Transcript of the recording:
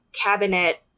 cabinet